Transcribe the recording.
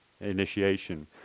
initiation